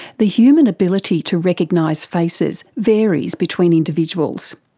the human ability to recognise faces varies between individuals.